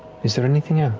is there anything yeah